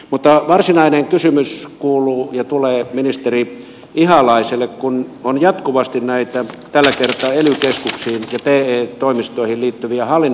mutta varsinainen kysymys kuuluu tulee ministeri ihalaiselle kun on jatkuvasti näitä tällä kertaa nimitys kiteen toimistoihin liittyviä hallin